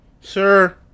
sir